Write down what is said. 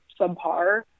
subpar